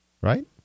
Right